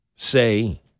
Say